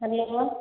hello